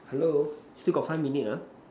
hello still got five minute lah